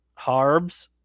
Harbs